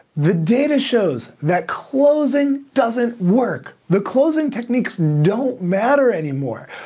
the data shows that closing doesn't work. the closing techniques don't matter anymore.